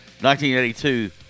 1982